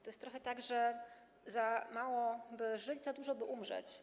To jest trochę tak, że za mało, by żyć, za dużo, by umrzeć.